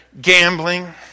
gambling